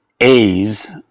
A's